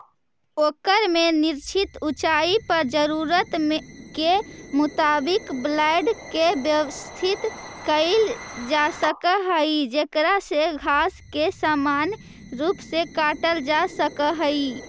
ओकर में निश्चित ऊँचाई पर जरूरत के मुताबिक ब्लेड के व्यवस्थित कईल जासक हई जेकरा से घास के समान रूप से काटल जा सक हई